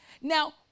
Now